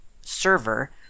server